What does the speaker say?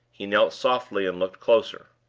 he knelt softly, and looked closer.